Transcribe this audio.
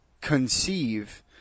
conceive